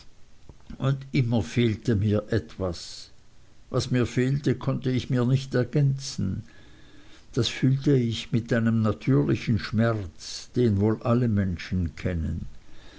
und immer fehlte mir etwas was mir fehlte konnte ich mir nicht ergänzen das fühlte ich mit einem natürlichen schmerz den wohl alle menschen kennen